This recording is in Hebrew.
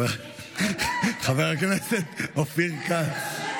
באמת, חבר הכנסת אופיר כץ.